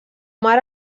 mar